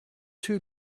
two